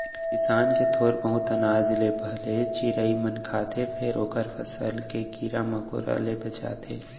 किसान के थोर बहुत अनाज ल भले चिरई मन खाथे फेर ओखर फसल के कीरा मकोरा ले बचाथे